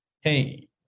hey